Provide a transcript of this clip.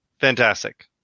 fantastic